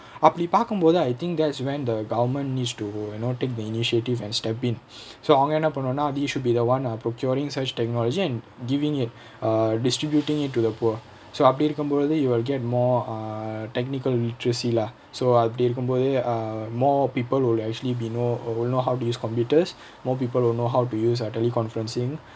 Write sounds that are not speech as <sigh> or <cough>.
<breath> அப்டி பாக்கும் போது:apdi paakkum pothu I think that's when the government needs to take the initiative and step in so அவங்க என்ன பண்ணுவாங்கனா:avanga enna pannuvaanganaa they should be the one procuring such technology and given it err distributing it to the poor so அப்டி இருக்கும் பொழுது:apdi irukkum poluthu they will get more err technical literacy lah so அப்டி இருக்கும்போது:apdi irukkumpothu err more people will actually be more know how to use computers more people will know how to use teleconferencing